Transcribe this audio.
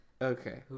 Okay